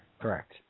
Correct